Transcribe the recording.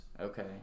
Okay